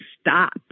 stop